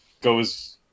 goes